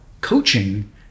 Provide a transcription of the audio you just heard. coaching